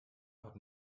hat